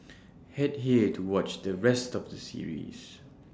Head here to watch the rest of the series